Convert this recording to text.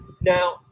Now